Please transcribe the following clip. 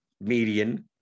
median